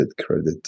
credit